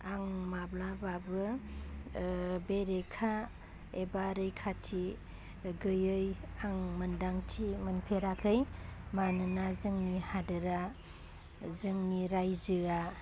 आं माब्लाबाबो बेरेखा एबा रैखाथि गैयै आं मोनदांथि मोनफेराखै मानोना जोंनि हादरा जोंनि रायजोया